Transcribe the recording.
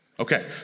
Okay